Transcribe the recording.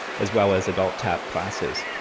as well as adult tap classes.